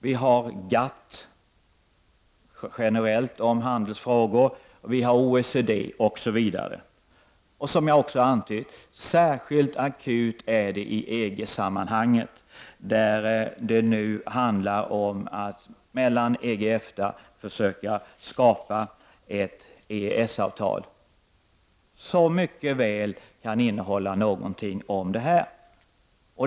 Vi har GATT — som generellt handhar handelsfrågor — och OECD osv. Som jag har antytt är det särskilt akut i EG-sammanhanget, där det nu handlar om att mellan EG och EFTA försöka skapa ett EES-avtal som mycket väl kan innehålla något om detta.